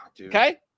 Okay